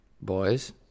Boys